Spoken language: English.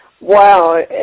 Wow